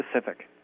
specific